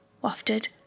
wafted